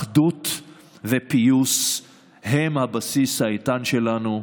אחדות ופיוס הם הבסיס האיתן שלנו.